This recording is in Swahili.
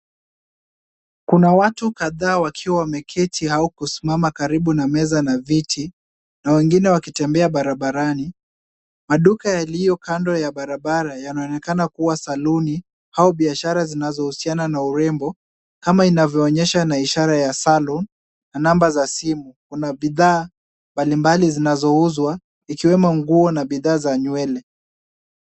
Kuna watu kadhaa wakiwa wameketi au kusimama karibu na meza na viti na wengine wakitembea barabarani. Maduka yaliyo kando ya barabara yanaonekana kuwa saluni au biashara zinazohusiana na urembo kama inavyoonyesha na ishara ya saloon na namba za simu. Kuna bidhaa mbali mbali zinazouzwa zikiwemo nguo na bidhaa za nywele.